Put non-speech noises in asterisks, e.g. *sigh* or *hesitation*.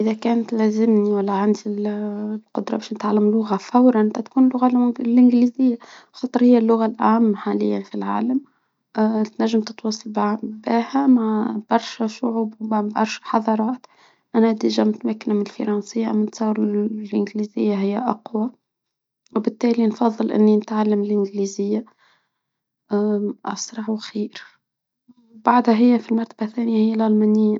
إذا كان تلازمني ولا عندي القدرة باش نتعلم لغة فورا تا تكون اللغة الانجليزية، حصريا اللغة العامة حاليا في العالم، *hesitation* تنجم تتواصل مع برشا شعوب وما برشا حضارات، أنا من الفرنسية من شهر الانجليزية هي اقوى اني نتعلم الانجليزية، وبعدها هي الألمانية.